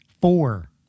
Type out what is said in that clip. four